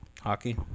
Hockey